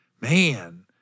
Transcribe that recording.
man